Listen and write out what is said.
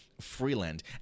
Freeland